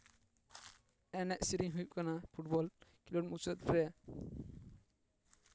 ᱮᱱᱮᱡᱼᱥᱮᱨᱮᱧ ᱦᱩᱭᱩᱜ ᱠᱟᱱᱟ ᱯᱷᱩᱴᱵᱚᱞ ᱠᱷᱮᱞᱳᱰ ᱢᱩᱪᱟᱹᱫ ᱨᱮ